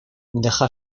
deja